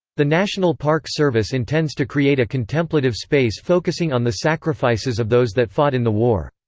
the national park service intends to create a contemplative space focusing on the sacrifices of those that fought in the war.